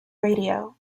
radio